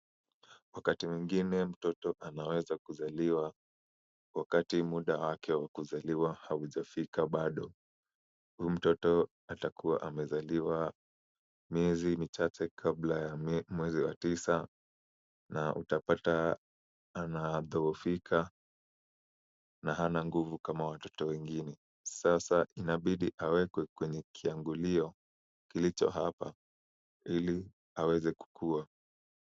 Wakati mwingine mtoto anaweza kuzaliwa wakati muda wake wa kuzaliwa haujafika bado. Huyu mtoto atakuwa amezaliwa miezi michache kabla ya mwezi wa tisa na utapata anadhohofika na hana nguvu kama watoto wengine, sasa inabidi awekwe kwenye kiangulio kilicho hapa ili aweze kukua.